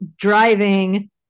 driving